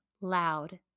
loud